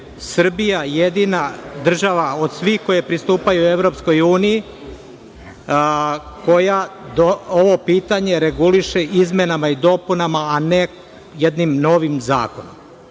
Srbija jedina država od svih koje pristupaju EU koja ovo pitanje reguliše izmenama i dopunama, a ne jednim novim zakonom. Takođe,